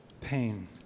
pain